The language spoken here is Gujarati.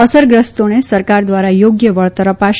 અસરગ્રસ્તોને સરકાર દ્વારા યોગ્ય વળતર અપાશે